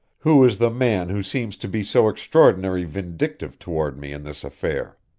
who is the man who seems to be so extraordinary vindictive toward me in this affair?